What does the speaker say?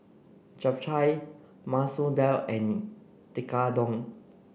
Japchae Masoor Dal and Tekkadon